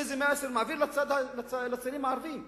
איזה מסר הוא מעביר לצעירים הערבים?